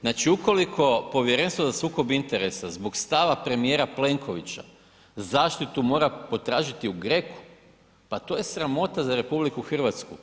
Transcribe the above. Znači ukoliko Povjerenstvo za sukob interesa zbog stava premijera Plenkovića zaštitu mora potražiti u GRECU, pa to je sramota za RH.